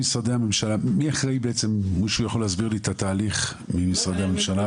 מישהו יכול להסביר לי את התהליך ממשרדי הממשלה?